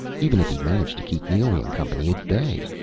even if he managed to keep neely and company at bay?